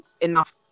enough